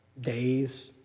days